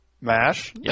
MASH